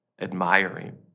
admiring